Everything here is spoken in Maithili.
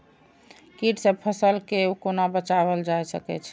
कीट से फसल के कोना बचावल जाय सकैछ?